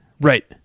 Right